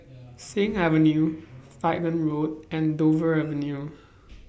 Sing Avenue Falkland Road and Dover Avenue